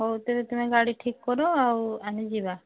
ହଉ ତେବେ ତୁମେ ଗାଡ଼ି ଠିକ୍ କର ଆଉ ଆମେ ଯିବା